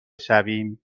شویم